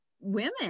women